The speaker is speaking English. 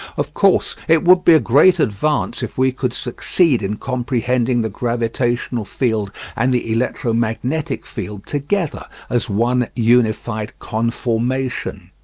of course it would be a great advance if we could succeed in comprehending the gravitational field and the electromagnetic field together as one unified conformation.